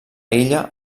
illa